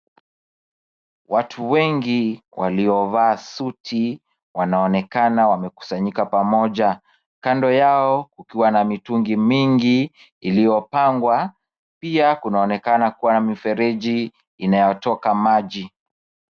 Watu wengi waliovaa suti wanaonekana wamekusanyika pamoja. Kando yao kukiwa na mitungi mingi iliyopangwa. Pia kunaonekana kuwa na mifereji inayotoka maji.